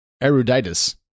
eruditus